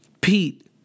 Pete